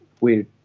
weird